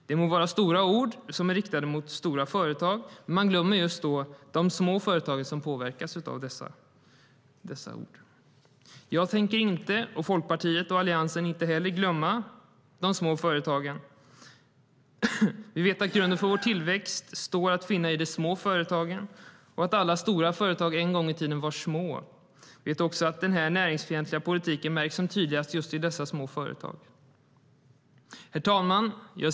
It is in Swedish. Det må vara stora ord som är riktade mot stora företag, men man glömmer de små företag som påverkas av dessa ord. Jag, Folkpartiet och Alliansen tänker inte glömma de små företagen. Vi vet att grunden för vår tillväxt står att finna i de små företagen och att alla stora företag en gång i tiden var små. Vi vet också att den här näringsfientliga politiken märks tydligast i just dessa små företag. Herr ålderspresident!